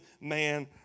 man